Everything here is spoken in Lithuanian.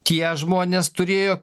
tie žmonės turėjo